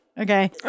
okay